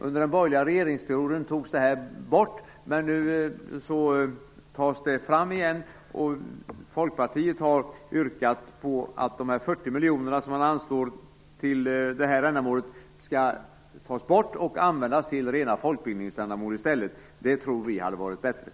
Under den borgerliga regeringsperioden togs detta bidrag bort, men nu tas det fram igen. Folkpartiet har yrkat att de 40 miljoner som anslås till detta ändamål skall tas bort och i stället användas till rena folkbildningsändamål. Det tror vi hade varit bättre.